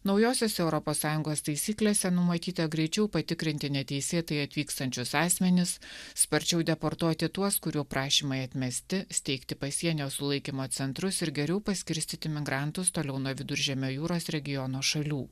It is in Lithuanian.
naujosiose europos sąjungos taisyklėse numatyta greičiau patikrinti neteisėtai atvykstančius asmenis sparčiau deportuoti tuos kurių prašymai atmesti steigti pasienio sulaikymo centrus ir geriau paskirstyti migrantus toliau nuo viduržemio jūros regiono šalių